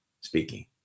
speaking